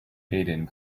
aden